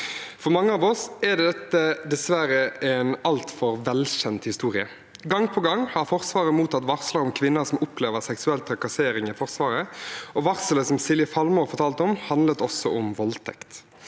For mange av oss er dette dessverre en altfor velkjent historie. Gang på gang har Forsvaret mottatt varsler om kvinner som opplever seksuell trakassering i Forsvaret, og varselet som Silje Falmår fortalte om, handlet også om voldtekt.